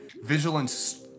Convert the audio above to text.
vigilance